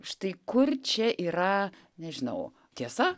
štai kur čia yra nežinau tiesa